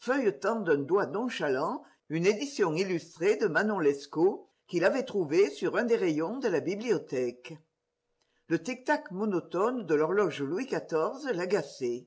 feuilletant d'un doigt nonchalant une édition illustrée de manon lescaut qu'il avait trouvée sur un des rayons de la bibliothèque le tic tac monotone de l'horloge louis xiv l'agaçait